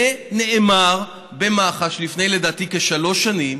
זה נאמר במח"ש לפני כשלוש שנים,